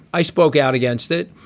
i spoke out against it.